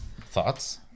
thoughts